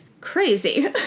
crazy